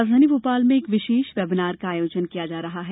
राजधानी भोपाल में एक विशेष वेबिनार का आयोजन किया जा रहा है